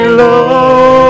love